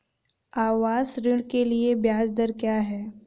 आवास ऋण के लिए ब्याज दर क्या हैं?